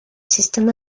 sistema